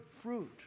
fruit